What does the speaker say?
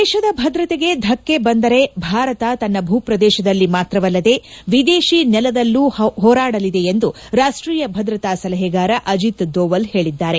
ದೇಶದ ಭದ್ರತೆಗೆ ದಕ್ಷೆ ಬಂದರೆ ಭಾರತ ತನ್ನ ಭೂಪ್ರದೇಶದಲ್ಲಿ ಮಾತ್ರವಲ್ಲದೆ ವಿದೇಶಿ ನೆಲದಲ್ಲೂ ಹೋರಾಡಲಿದೆ ಎಂದು ರಾಷ್ಟೀಯ ಭದ್ರತಾ ಸಲಹೆಗಾರ ಅಜಿತ್ ದೋವಲ್ ಹೇಳಿದ್ದಾರೆ